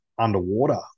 underwater